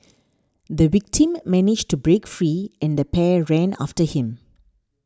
the victim managed to break free and the pair ran after him